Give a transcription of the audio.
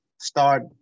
start